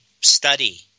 study